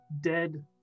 dead